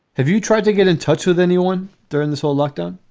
have you tried to get in touch with anyone during this whole lockdown?